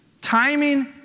Timing